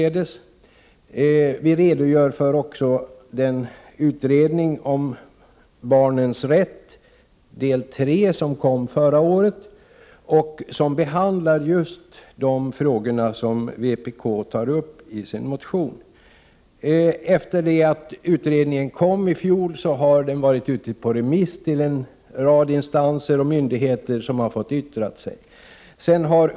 Utskottet redogör också för det utredningsbetänkande — Barnens rätt 3 — som framlades förra året och som behandlar just de frågor som vpk tar upp i sin motion. Utredningen har varit ute på remiss och en rad instanser och myndigheter har fått yttra sig.